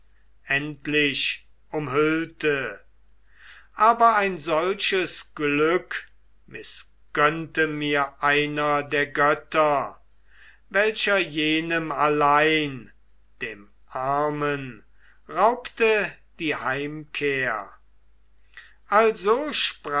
endlich umhüllte aber ein solches glück mißgönnte mir einer der götter welcher jenem allein dem armen raubte die heimkehr also